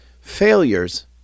failures